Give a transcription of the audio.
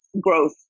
growth